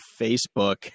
Facebook